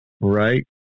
Right